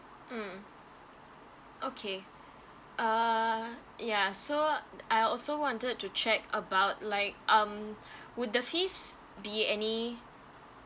mm okay err ya so I also wanted to check about like um would the fees be any